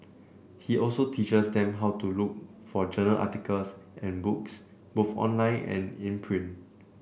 he also teaches them how to look for journal articles and books both online and in print